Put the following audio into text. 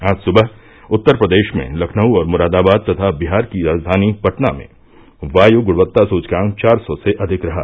आज सुबह उत्तर प्रदेश में लखनऊ और मुरादाबाद तथा बिहार की राजधानी पटना में वायु गुणवत्ता सूचकांक चार सौ से अधिक रहा